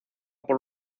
por